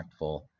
impactful